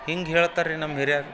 ಹಿಂಗೆ ಹೇಳ್ತಾರೆ ರೀ ನಮ್ಮ ಹಿರ್ಯರು